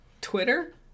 twitter